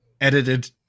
edited